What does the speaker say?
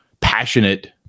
passionate